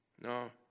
No